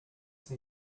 same